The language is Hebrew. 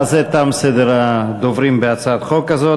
בזה תם סדר הדוברים בהצעת החוק הזאת.